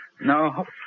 No